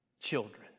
children